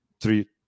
three